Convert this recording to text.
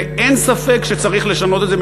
ואין ספק שצריך לשנות את זה,